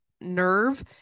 nerve